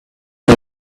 the